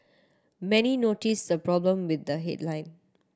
many noticed a problem with the headline